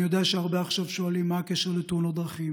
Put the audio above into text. אני יודע שהרבה עכשיו שואלים מה הקשר לתאונות דרכים,